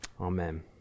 Amen